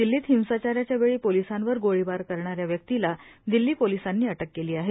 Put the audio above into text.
दिल्लीत हिंसाचाराच्या वेळी पोलिसांवर गोळीबार करणाऱ्या व्यक्तीला दिल्ली पोलिसांनी अटक केली आहे